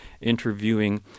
interviewing